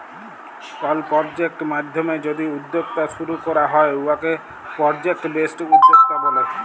call project মাইধ্যমে যদি উদ্যক্তা শুরু ক্যরা হ্যয় উয়াকে পরজেক্ট বেসড উদ্যক্তা ব্যলে